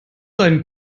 seinen